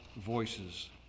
voices